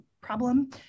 problem